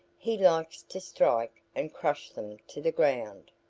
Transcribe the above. he likes to strike and crush them to the ground.